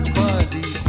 body